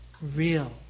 real